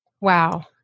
Wow